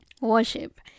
worship